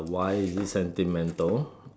why is it sentimental